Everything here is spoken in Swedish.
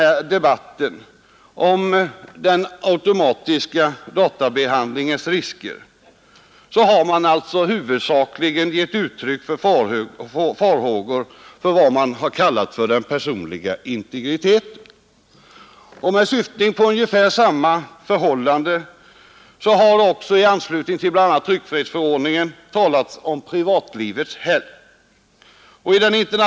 I debatten om den automatiska databehandlingens risker har man alltså huvudsakligen givit uttryck åt farhågor för vad man har kallat den personliga integriteten. Med syftning på ungefär samma förhållanden har det också i anslutning till bl.a. tryckfrihetsförordningen talats om privatlivets helgd.